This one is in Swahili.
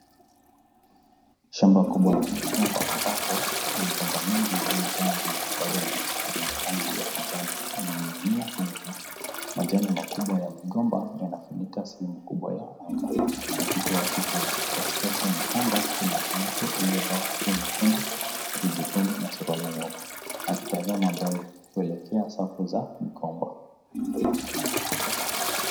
Shamba kubwa la migomba ambapo migomba mingi iliyojaa ndizi bado mbichi, zenye rangi ya kijani, zimenig'inia kwenye mti, majani makubwa ya migomba yanafunika sehemu kubwa ya anga yakitoa kivuli, katikati ya shamba kuna mtu aliyevaa kofia nyekundu shati jekundu na suruali jeupe akitazama mbele kuelekea safu za migomba.